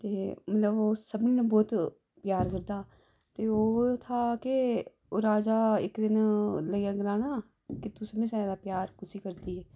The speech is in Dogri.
ते मतलब ओह् सब नू बहूत प्यार करदा ते ओह् था के राजा इक दिन लगेआ गलान कि तुस मी ज्यादा प्यार कुसी करदी ऐ